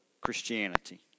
Christianity